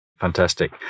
Fantastic